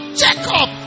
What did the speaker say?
jacob